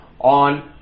on